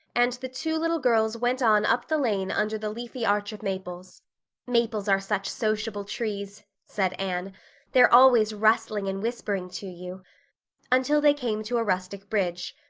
and the two little girls went on up the lane under the leafy arch of maples maples are such sociable trees, said anne they're always rustling and whispering to you until they came to a rustic bridge.